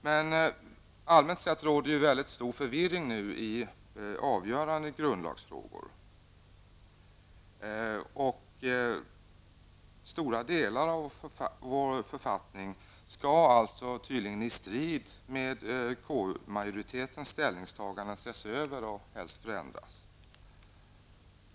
Men allmänt sett råder det en mycket stor förvirring nu i fråga om avgörande grundlagsfrågor, och stora delar av vår författning skall tydligen i strid mot konstitutionsutskottets majoritets ställningstagande ses över och helst förändras.